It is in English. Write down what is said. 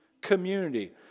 Community